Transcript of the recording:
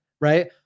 right